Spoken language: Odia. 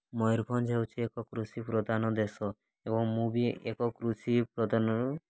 ମୟୂରଭଞ୍ଜ ହେଉଛି ଏକ କୃଷି ପ୍ରଦାନ ଦେଶ ଏବଂ ମୁଁ ବି ଏକ କୃଷି ପ୍ରଦାନରୁ